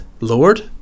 lord